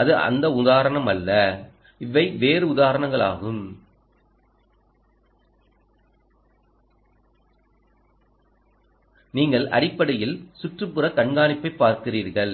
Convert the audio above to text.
அது அந்த உதாரணம் அல்ல இவை வேறு உதாரணங்களாகும் நீங்கள் அடிப்படையில் சுற்றுப்புற கண்காணிப்பைப் பார்க்கிறீர்கள்